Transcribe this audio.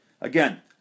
Again